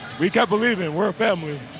we kept believing. we're a family.